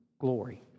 glory